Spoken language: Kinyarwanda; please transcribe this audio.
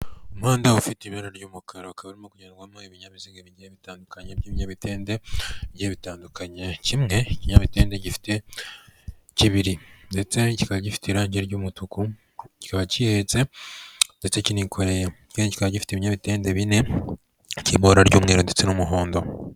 Umuhanda ufite ibara ry'umukara ukaba urimo kugendwamo ibinyabiziga bigiye bitandukanye by'ibinyamitende bigiye bitandukanye kimwe ikinyamitende gifite kibiri ndetse kikaba gifite irangi ry'umutuku kiba gihetse ndetse kinikoreye ikindi kiba gifite ibinyamitede bine cy'ibara ry'umweru ndetse n'umuhondo.